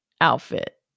outfit